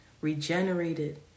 Regenerated